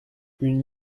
une